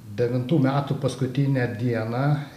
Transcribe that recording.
devintų metų paskutinę dieną